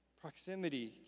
Proximity